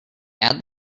add